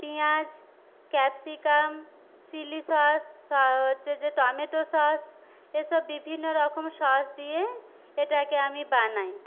পিঁয়াজ capsicum chilli sauce হচ্ছে যে টমেটো সস এসব বিভিন্নরকম সস দিয়ে এটাকে আমি বানাই